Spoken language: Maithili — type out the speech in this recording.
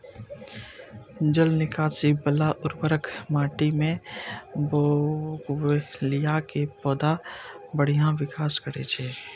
जल निकासी बला उर्वर माटि मे बोगनवेलिया के पौधा बढ़िया विकास करै छै